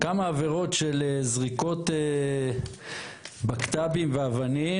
כמה עבירות של זריקות בקת"בים ואבנים